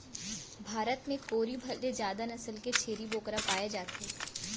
भारत म कोरी भर ले जादा नसल के छेरी बोकरा पाए जाथे